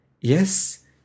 yes